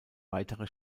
weitere